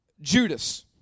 Judas